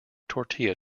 tortilla